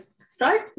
start